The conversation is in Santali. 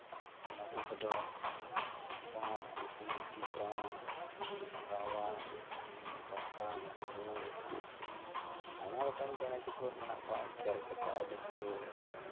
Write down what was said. ᱱᱩᱠᱩ ᱠᱚᱫᱚ ᱠᱚᱜ ᱠᱤᱥᱱᱤ ᱴᱤᱜᱼᱴᱤᱲᱚᱜ ᱜᱷᱟᱣᱲᱟ ᱯᱚᱛᱟᱢ ᱠᱚ ᱟᱭᱢᱟ ᱜᱚᱴᱟᱱ ᱪᱮᱬᱮ ᱪᱤᱯᱨᱩᱫ ᱢᱮᱱᱟᱜ ᱠᱚᱣᱟ ᱠᱮᱨᱠᱮᱴᱟ ᱰᱷᱤᱯᱪᱩ